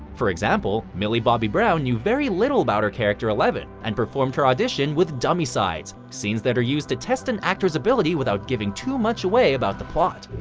for example, millie bobby brown knew very little about her character, eleven, and performed her audition with dummy sides scenes that are used to test an actor's ability without giving too much away about the plot.